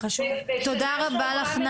נאוה, תודה רבה לך.